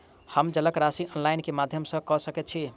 हम जलक राशि ऑनलाइन केँ माध्यम सँ कऽ सकैत छी?